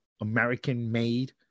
American-made